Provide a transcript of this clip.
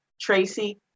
Tracy